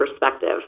perspective